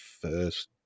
first